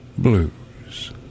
blues